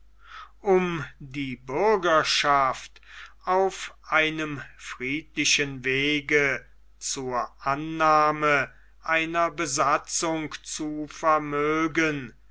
um die bürgerschaft auf einem friedlichen wege zur annahme einer besatzung zu vermögen